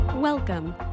Welcome